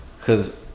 Cause